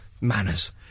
manners